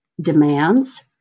demands